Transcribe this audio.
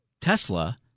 Tesla